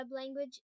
language